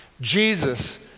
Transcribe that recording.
Jesus